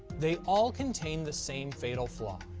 they all contain the same fatal flaw.